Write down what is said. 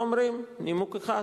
באים ואומרים, נימוק אחד: